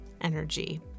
energy